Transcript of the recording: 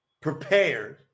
prepared